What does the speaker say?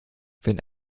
wenn